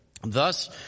Thus